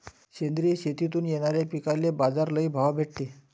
सेंद्रिय शेतीतून येनाऱ्या पिकांले बाजार लई भाव भेटते